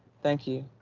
thank you.